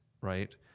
right